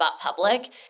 public